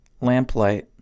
Lamplight